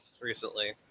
recently